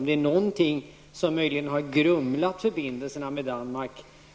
Om det är någonting som möjligen har grumlat förbindelserna med Danmark